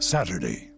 Saturday